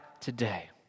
today